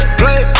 play